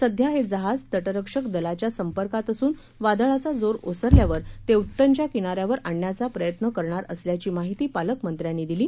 सध्या हे जहाज तटरक्षक दलाच्या संपर्कात असून वादळाचा जोर ओसरल्यावर ते उत्तनच्या किनाऱ्यावर आणण्याचा प्रयत्न करणार असल्याची माहिती पालकमंत्र्यांनी दिली